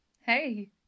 hey